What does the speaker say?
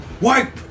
wipe